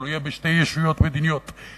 אבל הוא יהיה בשתי ישויות מדיניות נפרדות.